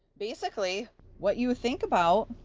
basically what you think about,